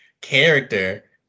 character